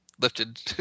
lifted